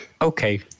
Okay